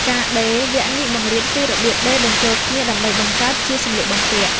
ការដេរ វគ្គនេះបង្រៀនពីរបៀបដេរបញ្ចូលគ្នាដើម្បីបង្កើតជាសម្លៀកបំពាក់។